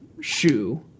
shoe